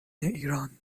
ایران